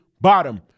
bottom